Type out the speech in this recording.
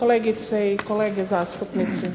kolegice i kolege zastupnici.